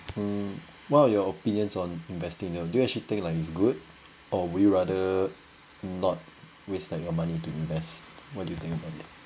mm what are your opinions on investing ah do you actually think like it's good or would you rather not waste up your money to invest what do you think about it